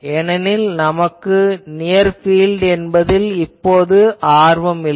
ஏனெனில் நமக்கு near -field என்பதில் இப்போது ஆர்வம் இல்லை